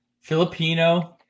Filipino